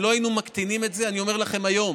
אם לא היינו מקטינים את זה, אני אומר לכם היום,